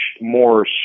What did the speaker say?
more